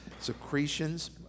secretions